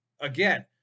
again